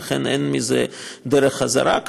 ולכן אין דרך חזרה מזה,